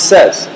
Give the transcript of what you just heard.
Says